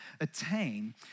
attain